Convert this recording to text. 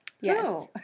Yes